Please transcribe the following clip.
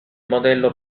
modello